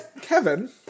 Kevin